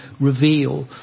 reveal